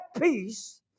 peace